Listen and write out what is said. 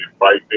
right